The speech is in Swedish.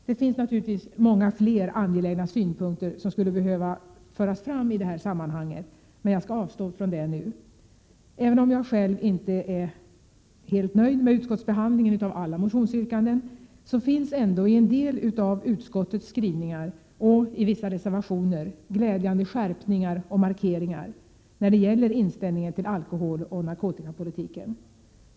Det finns naturligtvis många fler angelägna synpunkter som skulle behöva föras fram i det här sammanhanget, men jag skall avstå från det nu. Även om jag själv inte är helt nöjd med behandlingen i utskottet av alla motionsyrkandena, finns det ändå i en del av utskottets skrivningar och i vissa reservationer glädjande skärpningar och markeringar när det gäller inställningen till alkoholoch narkotikapolitiken.